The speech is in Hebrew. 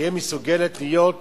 שתהיה מסוגלת להיות מדינה,